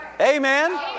Amen